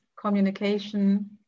communication